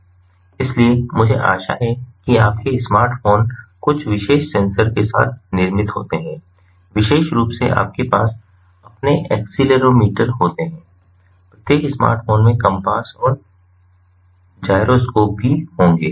इसलिए मुझे आशा है कि आपके स्मार्ट फोन कुछ विशेष सेंसर के साथ निर्मित होते हैं विशेष रूप से आपके पास अपने एक्सीलेरोमीटर होते हैं प्रत्येक स्मार्टफ़ोन में कम्पास और जाइरोस्कोप भी होंगे